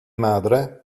madre